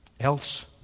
else